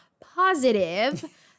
positive